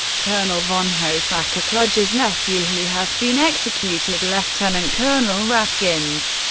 colonel von hofacker, kluge's nephew who has been executed, lieutenant colonel rathgens,